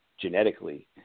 genetically